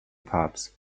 pubs